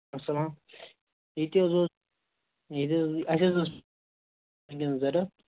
اَسَلام ییٚتہِ حظ اوس ییٚتہِ حظ اَسہِ حظ اوس وُنکٮ۪ن ضروٗرت